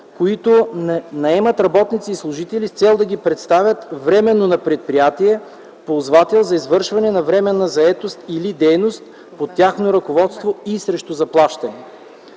които наемат работници и служители с цел да ги представят временно на предприятие-ползвател за извършване на временна заетост или дейност под тяхно ръководство и срещу заплащане.